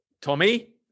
Tommy